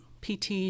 PT